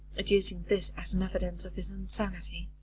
adducing this as an evidence of his insanity.